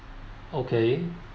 okay